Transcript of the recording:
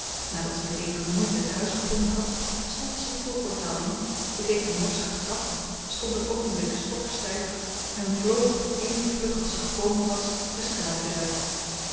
nadat ze met eenige moeite het huis gevonden had stapte ze t voorportaal in bekeek de morsige trap stond een oogenblik stokstijf en vloog toen even vlug als ze gekomen was de straat weer uit